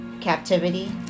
captivity